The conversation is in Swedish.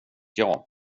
jag